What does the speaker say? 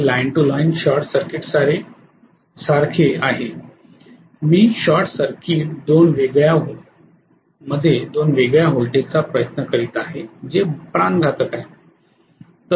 हे line to line short सर्किटसारखे आहे मी शॉर्ट सर्किट दोन वेगळ्या व्होल्टेजचा प्रयत्न करीत आहे जे प्राणघातक आहे